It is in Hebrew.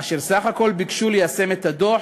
אשר בסך הכול ביקשו ליישם את הדוח